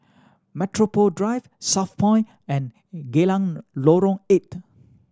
Metropole Drive Southpoint and Geylang Lorong Eight